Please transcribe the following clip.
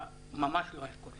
ממש לא היה קורה.